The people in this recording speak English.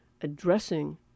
addressing